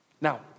Now